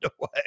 away